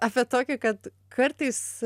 apie tokį kad kartais